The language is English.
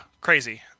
Crazy